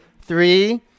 Three